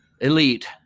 elite